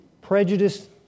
Prejudice